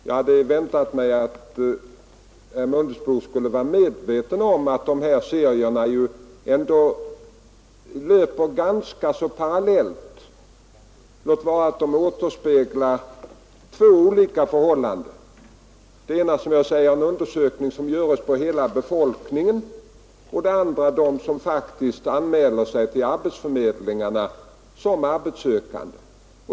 Jag hade väntat mig att herr Mundebo skulle vara medveten om att de här serierna ändå 11 löper ganska parallellt — låt vara att de återspeglar två olika förhållanden. Den ena undersökningen görs på hela befolkningen, och den andra gäller dem som faktiskt anmäler sig till arbetsförmedlingarna som arbetssökande.